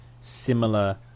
similar